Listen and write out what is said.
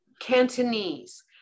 Cantonese